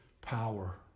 power